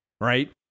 Right